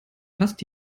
fast